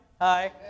Hi